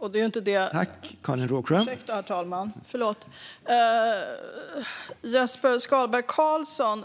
Herr talman! Jesper Skalberg Karlsson